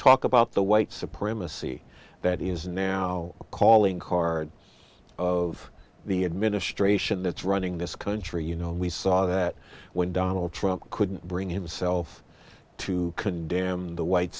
talk about the white supremacy that is now a calling card of the administration that's running this country you know we saw that when donald trump couldn't bring himself to condemn the white